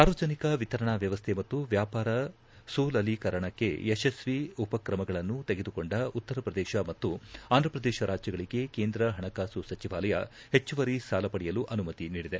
ಸಾರ್ವಜನಿಕ ವಿತರಣಾ ವ್ವವಸ್ಥೆ ಮತ್ತು ವ್ವಾಪಾರ ಸುಲಲೀಕರಣಕ್ಕೆ ಯಶಸ್ವಿ ಉಪಕ್ರಮಗಳನ್ನು ತೆಗೆದುಕೊಂಡ ಉತ್ತರ ಪ್ರದೇಶ ಮತ್ತು ಆಂಧ್ರಪ್ರದೇಶ ರಾಜ್ಯಗಳಗೆ ಕೇಂದ್ರ ಹಣಕಾಸು ಸಚಿವಾಲಯ ಹೆಚ್ಚುವರಿ ಸಾಲ ಪಡೆಯಲು ಅನುಮತಿ ನೀಡಿದೆ